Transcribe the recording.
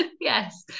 yes